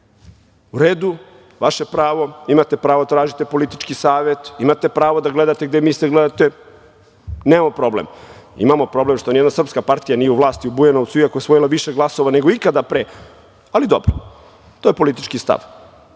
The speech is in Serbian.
U redu, vaše pravo, imate pravo da tražite politički savet, imate pravo da gledate gde mislite da gledate, nemamo problem. Imamo problem što nijedna srpska partija nije u vlasti u Bujanovcu, iako je osvojila više glasova nego ikada pre, ali dobro. To je politički stav.